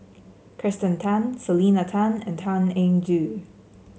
Kirsten Tan Selena Tan and Tan Eng Joo